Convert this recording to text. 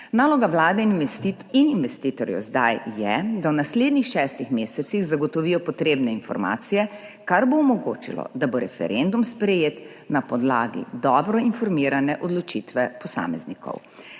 Naloga vlade in investitorjev zdaj je, da v naslednjih šestih mesecih zagotovijo potrebne informacije, kar bo omogočilo, da bo referendum sprejet na podlagi dobro informirane odločitve posameznikov.